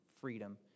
freedom